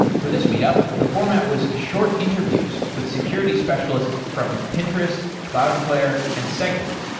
for this meet up, the format was short interviews with security specialist from pinterest, cloudflare and segment.